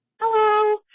Hello